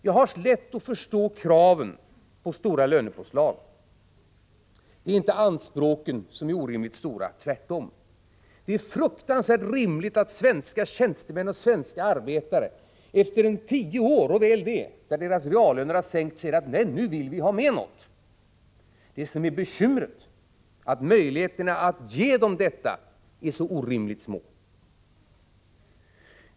Jag har lätt att förstå kraven på stora lönepåslag. Det är inte anspråken som är orimligt stora, tvärtom. Det är fruktansvärt rimligt att svenska tjänstemän och svenska arbetare efter tio år, och väl det, då deras reallöner har sänkts, säger att ”nu vill vi ha något med”. Det som är bekymret är att möjligheterna att ge dem detta är så orimligt små.